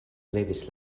levis